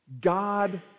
God